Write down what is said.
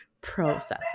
processing